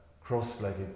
cross-legged